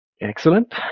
Excellent